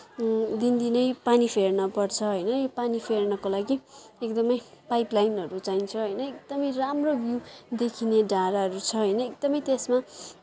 दिनदिनै पानी फेर्न पर्छ होइन यो पानी फेर्नको लागि एकदमै पाइपलाइनहरू चाहिन्छ होइन एकदमै राम्रो भ्यू देखिने डाँडाहरू छ होइन एकदमै त्यसमा